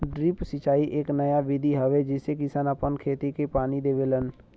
drip सिंचाई एक नया विधि हवे जेसे किसान आपन खेत के पानी देलन